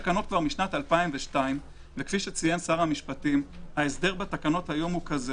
כפי שציין שר המשפטים, ההסדר בתקנות היום הוא כזה